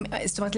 זאת אומרת,